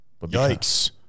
Yikes